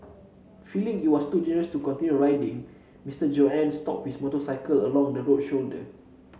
feeling it was too dangerous to continue riding Mister Johann stopped his motorcycle along the road shoulder